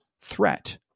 threat